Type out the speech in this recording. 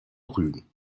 rügen